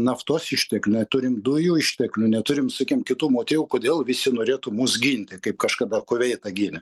naftos išteklių neturim dujų išteklių neturim sakim kitų motyvų kodėl visi norėtų mus ginti kaip kažkada kuveitą gynė